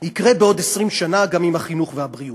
יקרה בעוד 20 שנה גם עם החינוך והבריאות.